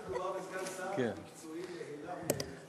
מדובר בסגן שר מקצועי לעילא ולעילא.